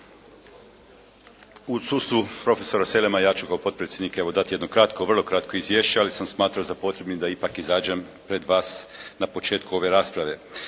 U odsustvu profesora Selema ja ću kao potpredsjednika evo dati jedno kratko, vrlo kratko izvješće ali sam smatrao za potrebnim da ipak izađem pred vas na početku ove rasprave.